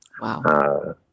Wow